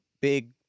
big